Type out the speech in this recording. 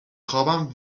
خوابم